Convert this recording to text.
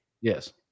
Yes